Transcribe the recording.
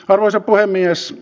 arvoisa puhemies